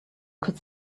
could